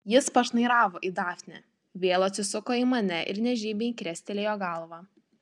jis pašnairavo į dafnę vėl atsisuko į mane ir nežymiai krestelėjo galva